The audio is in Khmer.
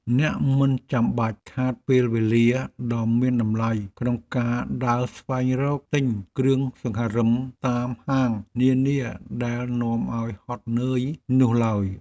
អ្នកមិនចាំបាច់ខាតពេលវេលាដ៏មានតម្លៃក្នុងការដើរស្វែងរកទិញគ្រឿងសង្ហារិមតាមហាងនានាដែលនាំឱ្យហត់នឿយនោះឡើយ។